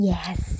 Yes